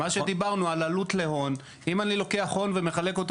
מה שדיברנו על עלות להון אם אני לוקח הון ומחלק אותו